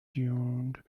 tuned